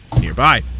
nearby